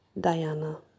Diana